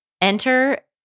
Enter